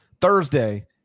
Thursday